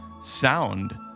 sound